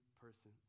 person